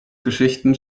geschichten